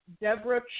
deborah